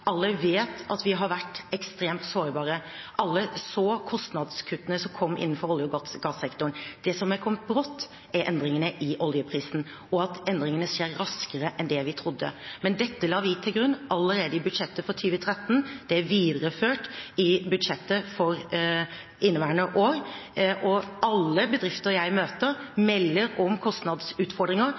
Alle vet at vi har vært ekstremt sårbare. Alle så kostnadskuttene som kom innenfor olje- og gassektoren. Det som er kommet brått, er endringene i oljeprisen, og at endringene skjer raskere enn vi trodde. Men dette la vi til grunn allerede i budsjettet for 2013. Det er videreført i budsjettet for inneværende år. Alle bedrifter jeg møter, melder om kostnadsutfordringer.